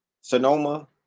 Sonoma